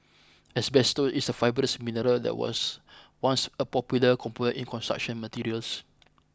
asbestos is a fibrous mineral that was once a popular component in construction materials